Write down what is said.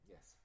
Yes